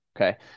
Okay